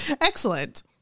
Excellent